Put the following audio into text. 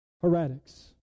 heretics